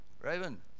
Raven